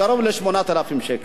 קרוב ל-8,000 שקל.